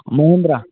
Mahindra